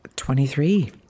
Twenty-three